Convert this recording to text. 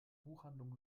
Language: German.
buchhandlung